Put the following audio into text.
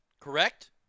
Correct